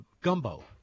gumbo